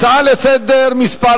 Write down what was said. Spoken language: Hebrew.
הצעה לסדר-היום מס'